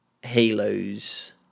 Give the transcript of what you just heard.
Halo's